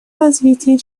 развития